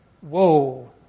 whoa